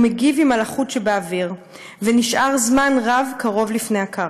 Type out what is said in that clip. היא מגיבה על הלחות שבאוויר ונשארת זמן רב קרוב לפני הקרקע.